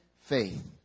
Faith